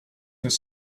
his